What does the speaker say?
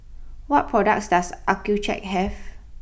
what products does Accucheck have